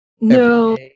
No